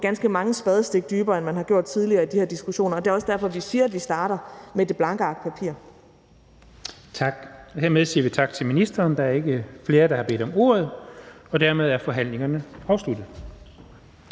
ganske mange spadestik dybere, end man er kommet tidligere i de her diskussioner. Det er også derfor, at vi siger, at vi starter med et blankt ark papir. Kl. 12:22 Den fg. formand (Jens Henrik Thulesen Dahl): Hermed siger vi tak til ministeren. Der er ikke flere, der har bedt om ordet, og dermed er forhandlingen afsluttet.